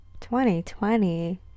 2020